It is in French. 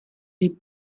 les